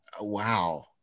wow